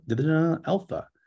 Alpha